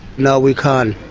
no, we can't.